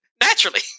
Naturally